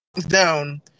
down